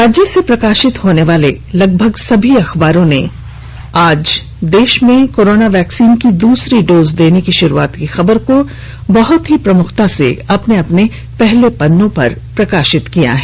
राज्य से प्रकाशित होने वाले लगभग सभी अखबारों ने देश में आज से कोरोना वैक्सीन की दूसरी डोज देने की शुरूआत की खबर को प्रमुखता से प्रकाशित किया है